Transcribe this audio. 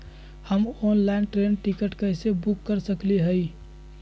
हम online train ticket कैसे book कर सकली हई?